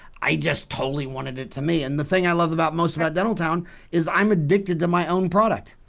i just totally wanted it to me and the thing i love about most about dentaltown is i'm addicted to my own product.